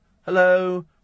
Hello